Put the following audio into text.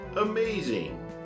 amazing